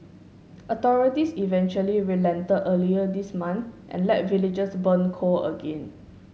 authorities eventually relented earlier this month and let villagers burn coal again